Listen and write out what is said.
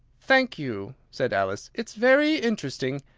thank you, said alice. it's very interesting.